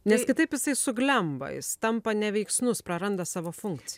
nes kitaip jisai suglemba jis tampa neveiksnus praranda savo funkci